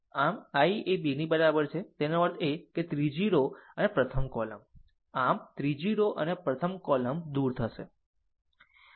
આમ i એ 2 ની બરાબર છે તેનો અર્થ ત્રીજી રો અને પ્રથમ કોલમ આમ જ ત્રીજી રો અને પ્રથમ કોલમ દૂર થશે